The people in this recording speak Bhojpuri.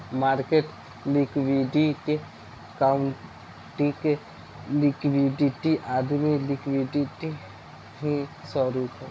मार्केट लिक्विडिटी, अकाउंटिंग लिक्विडिटी आदी लिक्विडिटी के ही स्वरूप है